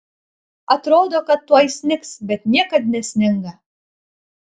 atrodo kad tuoj snigs bet niekad nesninga